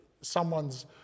someone's